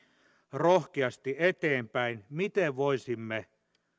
rohkeasti eteenpäin miten voisimme